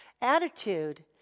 attitude